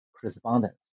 correspondence